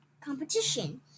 competition